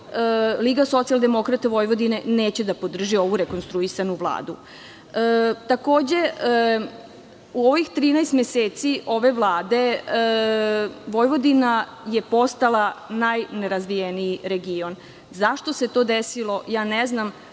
razlog zbog kojih LSV neće da podrži ovu rekonstruisanu Vladu. Takođe, u ovih 13 meseci ove Vlade, Vojvodina je postala najnerazvijeniji region. Zašto se to desilo? Ne znam,